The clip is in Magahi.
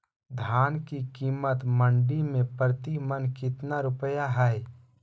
धान के कीमत मंडी में प्रति मन कितना रुपया हाय?